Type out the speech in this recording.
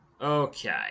Okay